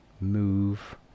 move